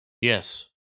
Yes